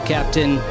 Captain